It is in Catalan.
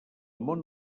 món